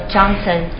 Johnson